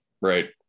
Right